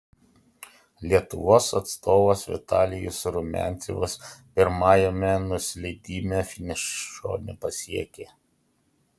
lietuvos atstovas vitalijus rumiancevas pirmajame nusileidime finišo nepasiekė